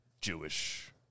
Jewish